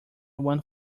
one